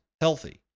healthy